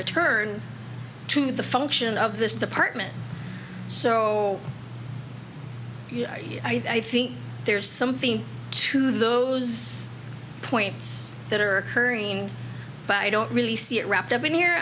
return to the function of this department so i think there's something to those points that are occurring but i don't really see it wrapped up in here